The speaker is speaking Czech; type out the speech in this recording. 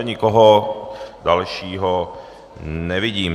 Nikoho dalšího nevidím.